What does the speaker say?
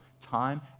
time